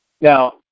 Now